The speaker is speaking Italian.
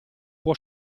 può